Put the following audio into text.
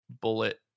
bullet